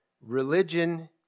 Religion